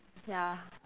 ya